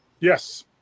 yes